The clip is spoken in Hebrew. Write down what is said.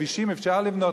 כבישים אפשר לבנות,